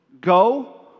Go